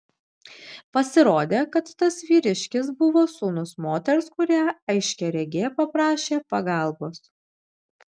pasirodė kad tas vyriškis buvo sūnus moters kurią aiškiaregė paprašė pagalbos